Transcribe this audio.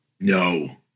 No